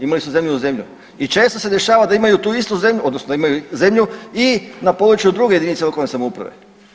Imali su zemlju uz zemlju i često se dešava da imaju tu istu zemlju, odnosno da imaju zemlju i na području druge jedinice lokalne samouprave.